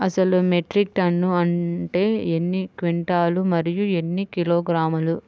అసలు metric ton అంటే ఎన్ని క్వింటాలు మరియు ఎన్ని కిలోగ్రాములు?